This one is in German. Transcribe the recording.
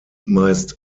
meist